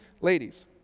ladies